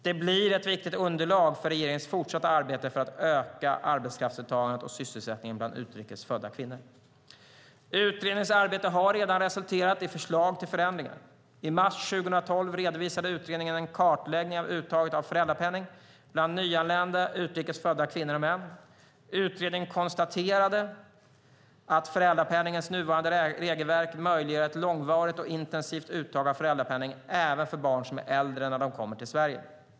Det blir ett viktigt underlag för regeringens fortsatta arbete för att öka arbetskraftsdeltagandet och sysselsättningen bland utrikes födda kvinnor. Utredningens arbete har redan resulterat i förslag till förändringar. I mars 2012 redovisade utredningen en kartläggning av uttaget av föräldrapenning bland nyanlända utrikes födda kvinnor och män. Utredningen konstaterade att föräldrapenningens nuvarande regelverk möjliggör ett långvarigt och intensivt uttag av föräldrapenning även för barn som är äldre när de kommer till Sverige.